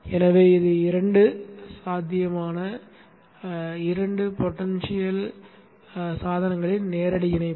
எனவே இது இரண்டு சாத்தியமான சாதனங்களின் நேரடி இணைப்பு